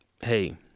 Hey